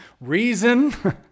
reason